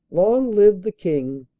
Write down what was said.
long live the king!